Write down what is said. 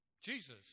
Jesus